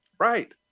Right